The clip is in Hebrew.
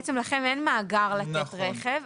בעצם לכם אין מאגר לתת רכב.